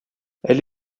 elle